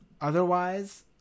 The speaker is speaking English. Otherwise